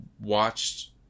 watched